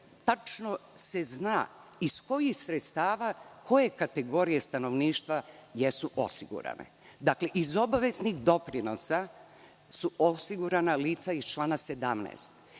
tačno se zna iz kojih sredstava koje kategorije stanovništva jesu osigurane. Dakle, iz obaveznih doprinosa su osigurana lica iz člana 17.